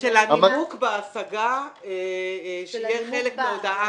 של הנימוק בהשגה שיהיה חלק בהודעת התשובה.